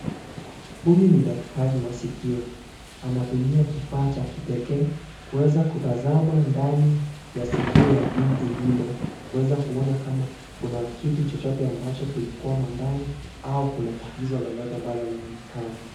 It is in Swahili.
Huyu ni daktari wa sikio, anatumia kifaa cha kipekee kuweza kutazama ndani ya sikio ya binti yule, kueza kuona kama kuna kitu chochote ambacho kimekwama ndani, au kuna tatizo lolote ambalo laonekana.